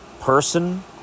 person